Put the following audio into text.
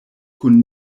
kun